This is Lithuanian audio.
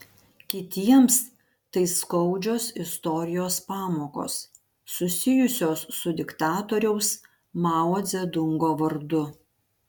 kitiems tai skaudžios istorijos pamokos susijusios su diktatoriaus mao dzedungo vardu